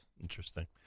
Interesting